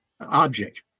object